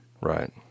Right